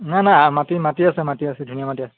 নাই নাই মাটি মাটি আছে মাটি আছে ধুনীয়া মাটি আছে